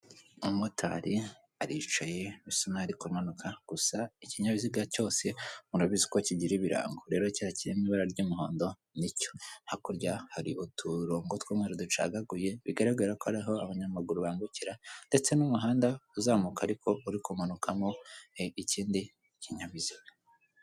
Umumotari aricaye bisumari kumanuka gusa ikinyabiziga cyose murabizi ko kigira ibirango, rero cyakimo ibara ry'umuhondo ncyo; hakurya hari uturongo tw'inmweruri ducagaguye bigaragara ko ari aho abanyamaguru bambukira ndetse n'umuhanda uzamuka ariko uri kumanukamo ikindi kinyabiziga.